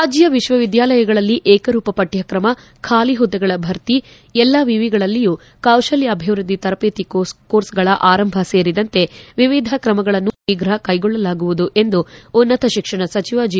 ರಾಜ್ಯ ವಿಶ್ವವಿದ್ಯಾನಿಲಯಗಳಲ್ಲಿ ಏಕರೂಪ ಪತ್ರಕ್ಷಮ ಖಾಲಿ ಹುದ್ದೆಗಳ ಭರ್ತಿ ಎಲ್ಲ ವಿವಿಗಳಲ್ಲಿ ಕೌಶಲ್ವಾಭಿವೃದ್ದಿ ತರದೇತಿ ಕೋರ್ಸ್ಗಳ ಆರಂಭ ಸೇರಿದಂತೆ ವಿವಿಧ ಕ್ರಮಗಳನ್ನು ಆದಷ್ಟು ಶೀಘ ಕೈಗೊಳ್ಳಲಾಗುವುದು ಎಂದು ಉನ್ನತ ಶಿಕ್ಷಣ ಸಚವ ಜಿ